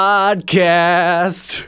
Podcast